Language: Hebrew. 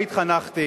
שבה התחנכתי,